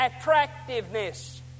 attractiveness